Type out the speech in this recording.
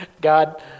God